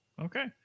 okay